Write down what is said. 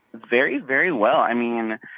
very, very well. i mean,